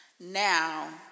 Now